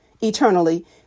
eternally